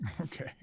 Okay